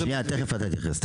שנייה, אתה תכף תתייחס.